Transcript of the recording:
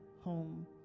home